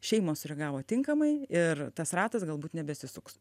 šeimos sureagavo tinkamai ir tas ratas galbūt nebesisuks